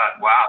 wow